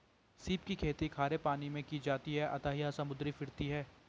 सीप की खेती खारे पानी मैं की जाती है अतः यह समुद्री फिरती है